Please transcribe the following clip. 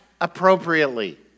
appropriately